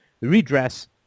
redress